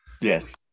yes